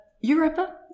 Europa